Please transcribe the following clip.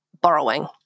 borrowing